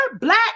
black